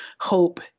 hope